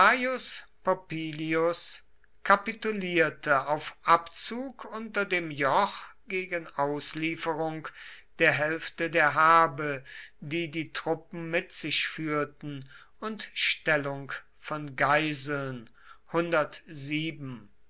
popillius kapitulierte auf abzug unter dem joch gegen auslieferung der hälfte der habe die die truppen mit sich führten und stellung von geiseln